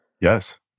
Yes